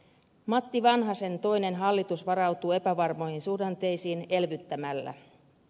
matti vanhasen toinen hallitus varautuu epävarmoihin suhdanteisiin elvyttämällä